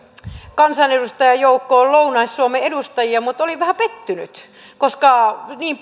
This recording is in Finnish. kansanedustajajoukkoon lounais suomen edustajia mutta olin vähän pettynyt koska niin